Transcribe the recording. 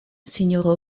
sinjoro